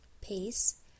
peace